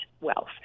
wealth